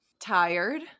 tired